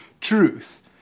truth